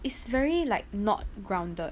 it's very like not grounded